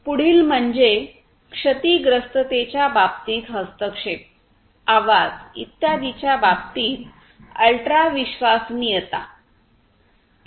पुढील म्हणजे क्षतिग्रस्ततेच्या बाबतीत हस्तक्षेप आवाज इत्यादींच्या बाबतीत अल्ट्रा विश्वसनीयता